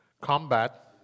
combat